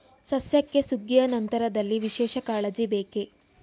ಸಸ್ಯಕ್ಕೆ ಸುಗ್ಗಿಯ ನಂತರದಲ್ಲಿ ವಿಶೇಷ ಕಾಳಜಿ ಬೇಕೇ?